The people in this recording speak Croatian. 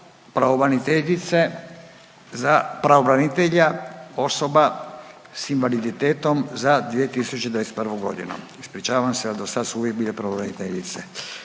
o radu pravobranitelja za osobe s invaliditetom za 2021. godinu Ispričavam se, ali do sad su uvijek bile pravobraniteljice.